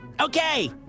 Okay